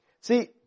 See